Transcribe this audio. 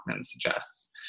suggests